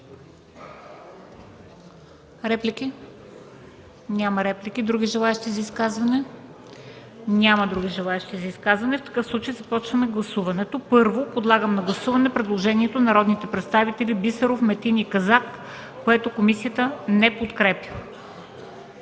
Реплики? Няма. Други желаещи за изказвания? Няма. В такъв случай започваме гласуването. Първо подлагам на гласуване предложението на народните представители Бисеров, Метин и Казак, което комисията не подкрепя.